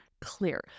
clear